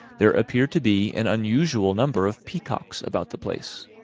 there appeared to be an unusual number of peacocks about the place,